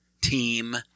team